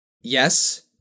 Yes